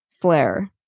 flare